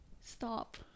Stop